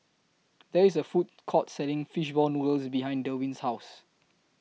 There IS A Food Court Selling Fish Ball Noodles behind Derwin's House